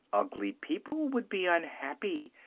ugly people would be unhappy,